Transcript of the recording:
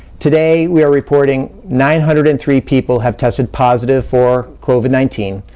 today, we're reporting nine hundred and three people have tested positive for covid nineteen,